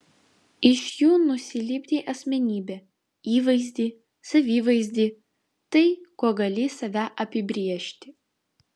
iš jų nusilipdei asmenybę įvaizdį savivaizdį tai kuo gali save apibrėžti